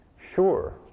Sure